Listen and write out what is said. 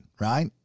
right